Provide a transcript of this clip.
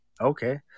okay